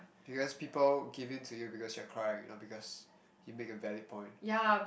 you guess people give in to you because you're crying not because you made a valid point